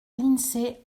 l’insee